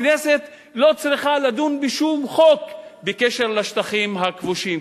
הכנסת לא צריכה לדון בשום חוק בקשר לשטחים הכבושים,